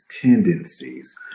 tendencies